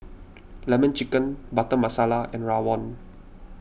Lemon Chicken Butter Masala and Rawon